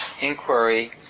inquiry